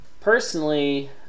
personally